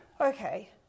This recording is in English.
okay